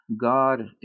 God